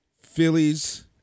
Phillies